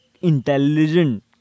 intelligent